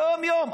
יום-יום.